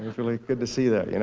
really good to see that. you know